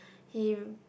he